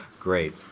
Great